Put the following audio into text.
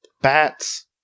bats